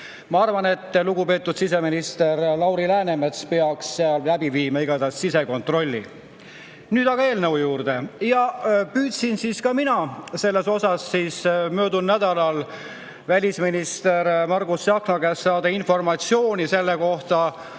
Ma arvan, et lugupeetud siseminister Lauri Läänemets peaks seal läbi viima sisekontrolli. Nüüd aga eelnõu juurde. Püüdsin ka mina möödunud nädalal välisminister Margus Tsahkna käest saada informatsiooni selle kohta.